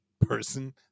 person